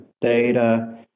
data